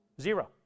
Zero